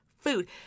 food